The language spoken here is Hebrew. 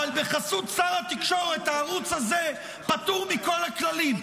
אבל בחסות שר התקשורת הערוץ הזה פטור מכל הכללים.